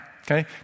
Okay